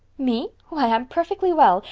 me! why, i'm perfectly well.